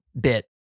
bit